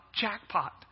Jackpot